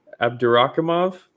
Abdurakimov